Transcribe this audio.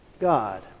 God